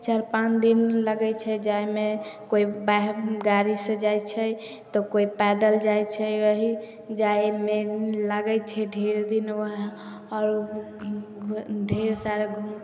चारि पाँच दिन लगै छै जाहिमे कोइ गाड़ी से जाइ छै तऽ कोइ पैदल जाइ छै वही जाइमे लागै छै ढेर दिन आओर ढेर सारा